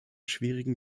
schwierigen